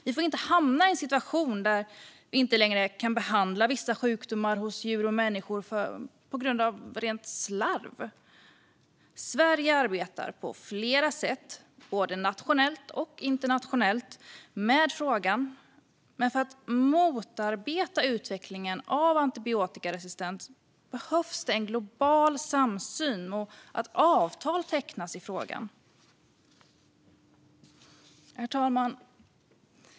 Vi får inte hamna i en situation där vi inte längre kan behandla vissa sjukdomar hos djur och människor på grund av rent slarv. Sverige arbetar på flera sätt, både nationellt och internationellt, med frågan, men för att motarbeta utvecklingen av antibiotikaresistens behövs det en global samsyn och att avtal tecknas i frågan. Herr talman!